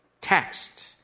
text